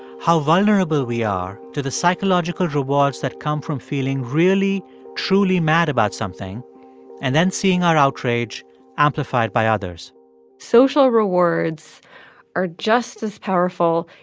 how vulnerable we are to the psychological rewards that come from feeling, really truly mad about something and then seeing our outrage amplified by others social rewards are just as powerful,